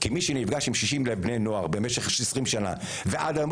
כמי שנפגש עם 60,000 בני נוער במשך 20 שנה ועד היום,